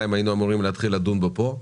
אמורים להתחיל לדון בו,